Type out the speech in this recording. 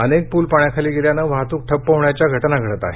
अनेक पूल पाण्याखाली गेल्यानं वाहतूक ठप्प होण्याच्या घटना घडत आहेत